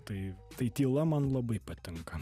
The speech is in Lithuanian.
tai tai tyla man labai patinka